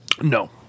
No